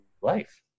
life